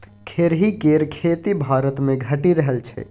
खेरही केर खेती भारतमे घटि रहल छै